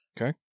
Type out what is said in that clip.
Okay